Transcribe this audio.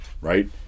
right